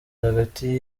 hagati